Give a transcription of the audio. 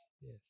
Yes